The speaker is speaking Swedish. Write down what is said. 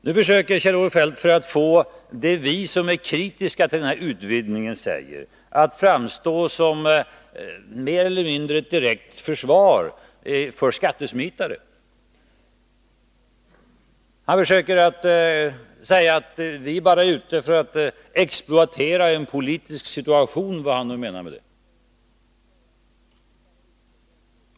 Nu försöker Kjell-Olof Feldt få oss som är kritiska mot denna utvidgning att framstå som mer eller mindre direkta försvarare av skattesmitare. Han försöker säga att vi bara är ute för att exploatera en politisk situation, vad han nu menar med det.